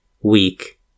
weak